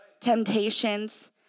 temptations